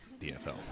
DFL